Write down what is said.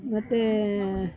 ಮತ್ತು